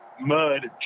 mud